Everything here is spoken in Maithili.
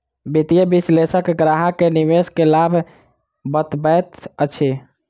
वित्तीय विशेलषक ग्राहक के निवेश के लाभ बतबैत अछि